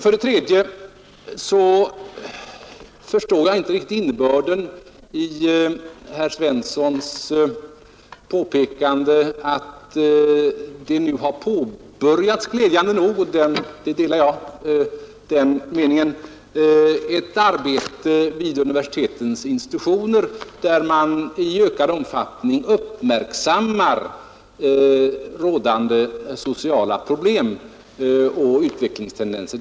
För det tredje förstår jag inte riktigt innebörden i herr Svenssons påpekande att det nu glädjande nog — den meningen delar jag — har påbörjats ett arbete vid universitetens institutioner, där man uppmärksammar rådande sociala problem och utvecklingstendenser.